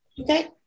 Okay